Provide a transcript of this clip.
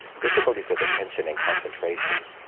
difficulties with attention and concentration,